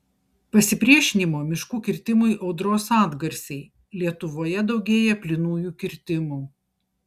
pasipriešinimo miškų kirtimui audros atgarsiai lietuvoje daugėja plynųjų kirtimų